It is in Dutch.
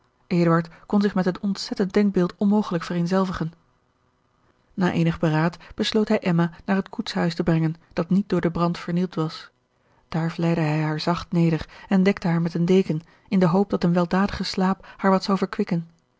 kon zich met het ontzettend denkbeeld onmogelijk vereenzelvigen na eenig beraad besloot hij emma naar het koetshuis te brengen dat niet door den brand vernield was daar vlijde hij haar zacht neder en dekte haar met eene deken in de hoop dat een weldadige slaap haar wat zou